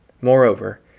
Moreover